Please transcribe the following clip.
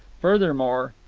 furthermore,